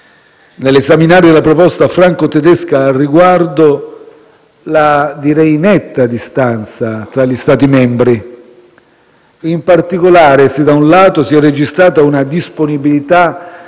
nell'esaminare la proposta franco-tedesca al riguardo, la netta distanza tra gli Stati membri. In particolare, se da un lato si è registrata una disponibilità